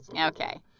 Okay